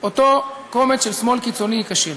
אותו קומץ של שמאל קיצוני ייכשל.